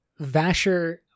vasher